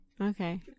Okay